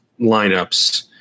lineups